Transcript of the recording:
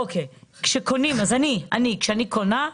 כשאני קונה,